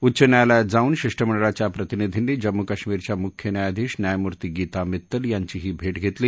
उच्च न्यायालयात जाऊन शिष्टमंडळाच्या प्रतिनिधींनी जम्मू काश्मिरच्या मुख्य न्यायाधीश न्यायमूर्ती गीता मित्तल यांचीही भेट घेतली